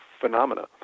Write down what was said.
phenomena